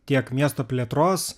tiek miesto plėtros